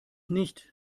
nicht